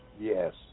Yes